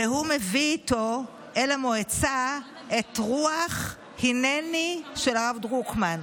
והוא מביא איתו אל המועצה את רוח "הינני" של הרב דרוקמן.